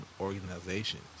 organizations